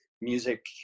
music